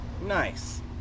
Nice